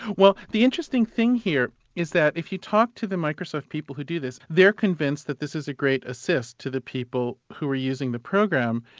well, the interesting thing here is that if you talk to the microsoft people who do this, they're convinced that this is a great assist to the people who are using the program,